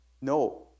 No